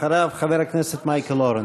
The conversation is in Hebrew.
אחריו, חבר הכנסת מייקל אורן.